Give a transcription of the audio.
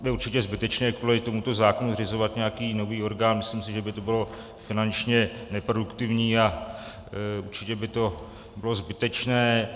Je určitě zbytečné kvůli tomuto zákonu zřizovat nějaký nový orgán, myslím si, že by to bylo finančně neproduktivní a určitě by to bylo zbytečné.